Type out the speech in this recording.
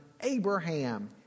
Abraham